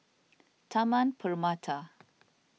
Taman Permata